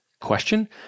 question